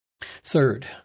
Third